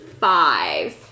five